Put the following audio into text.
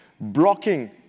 blocking